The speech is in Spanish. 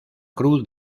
cruz